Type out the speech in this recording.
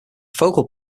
focal